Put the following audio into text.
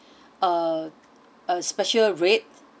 a a special rate